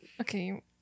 okay